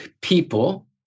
people